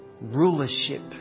rulership